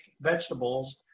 vegetables